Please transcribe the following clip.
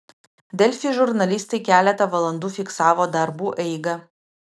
delfi žurnalistai keletą valandų fiksavo darbų eigą